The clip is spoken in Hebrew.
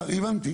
הבנתי.